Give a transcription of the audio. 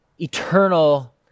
eternal